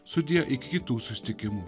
sudie iki kitų susitikimų